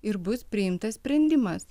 ir bus priimtas sprendimas